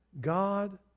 God